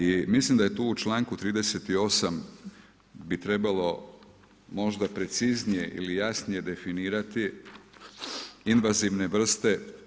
I mislim da je tu u članku 38. bi trebalo možda preciznije ili jasnije definirati invazivne vrste.